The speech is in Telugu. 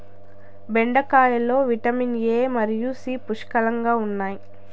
బెండకాయలో విటమిన్ ఎ మరియు సి పుష్కలంగా ఉన్నాయి